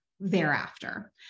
Thereafter